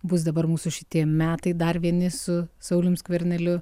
bus dabar mūsų šitie metai dar vieni su saulium skverneliu